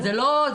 אז זה לא קשור.